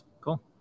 Cool